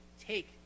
take